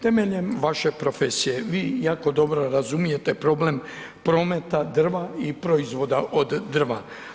Temeljem vaše profesije, vi jako dobro razumijete problem prometa drva i proizvoda od drva.